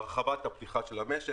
הרחבת הפתיחה של המשק.